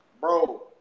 Bro